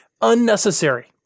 Unnecessary